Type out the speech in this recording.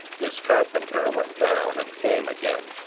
this carpenter went down, and came again,